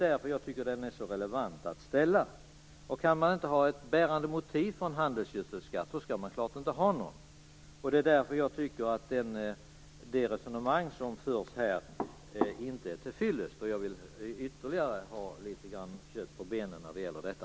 Därför tycker jag att frågan är relevant att ställa. Om man inte kan ha ett bärande motiv för en handelsgödselskatt ska man naturligtvis inte ha någon. Därför tycker jag att det resonemang som förs här inte är till fyllest. Jag vill ha ytterligare kött på benen när det gäller detta.